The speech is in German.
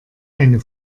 eine